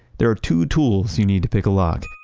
there are two tools you need to pick a lock,